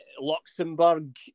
Luxembourg